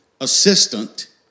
assistant